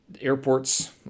Airports